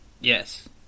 Yes